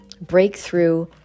breakthrough